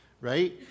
right